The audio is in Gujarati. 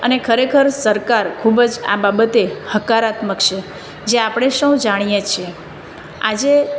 અને ખરેખર સરકાર ખૂબ જ આ બાબતે હકારાત્મક છે જે આપણે સૌ જાણીએ છીએ આજે